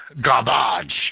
garbage